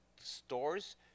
stores